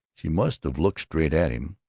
she must have looked straight at him,